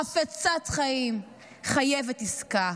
חפצת חיים, חייבת עסקה,